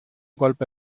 golpe